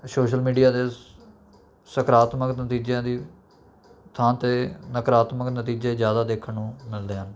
social media ਦੇ ਸਕਾਰਾਤਮਕ ਨਤੀਜ਼ਿਆਂ ਦੀ ਥਾਂ 'ਤੇ ਨਕਾਰਾਤਮਕ ਨਤੀਜ਼ੇ ਜ਼ਿਆਦਾ ਦੇਖਣ ਨੂੰ ਮਿਲਦੇ ਹਨ